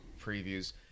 previews